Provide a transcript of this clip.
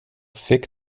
fick